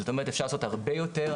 זאת אומרת אפשר לעשות הרבה יותר,